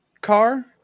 car